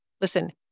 Listen